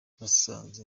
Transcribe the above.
nasanze